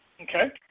Okay